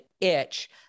itch